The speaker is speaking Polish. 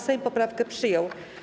Sejm poprawkę przyjął.